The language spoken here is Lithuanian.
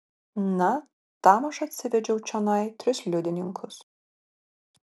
na tam aš atsivedžiau čionai tris liudininkus